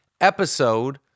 episode